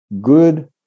good